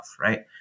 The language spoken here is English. right